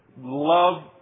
love